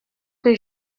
que